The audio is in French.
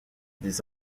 des